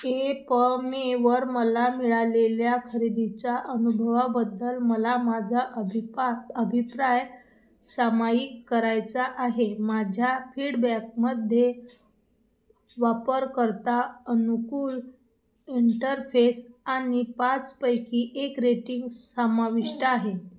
एपमेवर मला मिळालेल्या खरेदीच्या अनुभवाबद्दल मला माझा अभिपात अभिप्राय सामाईक करायचा आहे माझ्या फीडबॅकमध्ये वापरकर्ता अनुकूल इंटरफेस आणि पाचपैकी एक रेटिंग समाविष्ट आहे